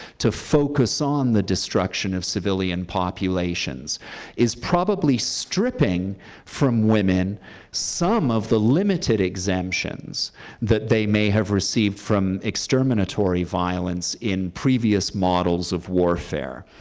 to focus on the destruction of civilian populations is probably stripping from women some of the limited exemptions that they may have received from exterminatory violence in previous models of warfare.